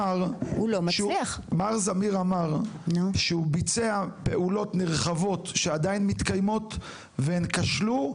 מר זמיר אמר שהוא ביצע פעולות נרחבות שעדיין מתקיימות והן כשלו,